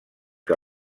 que